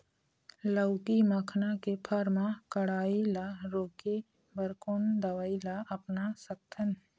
लाउकी मखना के फर मा कढ़ाई ला रोके बर कोन दवई ला अपना सकथन?